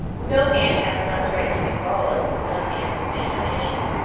no man has less right to be lawless than a man of imagination.